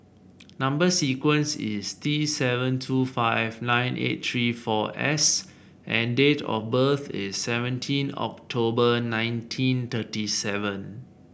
number sequence is T seven two five nine eight three four S and date of birth is seventeen October nineteen thirty seven